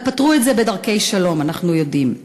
אבל פתרו את זה בדרכי שלום, אנחנו יודעים.